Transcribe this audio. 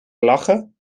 lachen